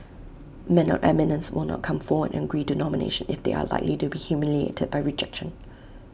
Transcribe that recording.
men of eminence will not come forward and agree to nomination if they are likely to be humiliated by rejection